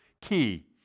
key